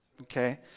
okay